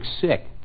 sick